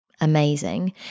amazing